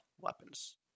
weapons